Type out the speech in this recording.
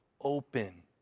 open